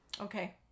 Okay